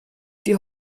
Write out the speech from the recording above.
die